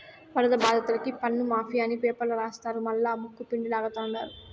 వరద బాధితులకి పన్నుమాఫీ అని పేపర్ల రాస్తారు మల్లా ముక్కుపిండి లాగతండారు